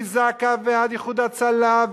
מזק"א ועד "איחוד הצלה",